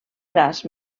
braç